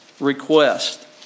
Request